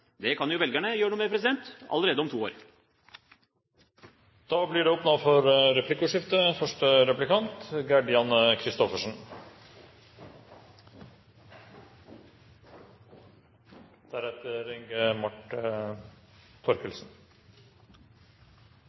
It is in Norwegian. Det kan velgerne gjøre noe med allerede om to år. Det blir åpnet for replikkordskifte.